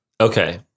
Okay